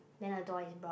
then the door is brown